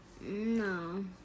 No